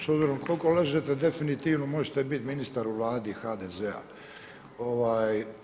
S obzirom koliko lažete definitivno možete biti ministar u Vladi HDZ-a.